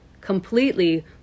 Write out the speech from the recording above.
completely